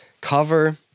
cover